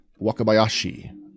Wakabayashi